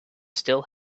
still